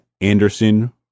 Anderson